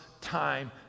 time